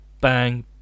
bang